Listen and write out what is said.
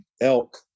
elk